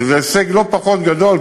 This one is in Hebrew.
שזה הישג לא פחות גדול,